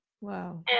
Wow